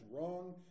wrong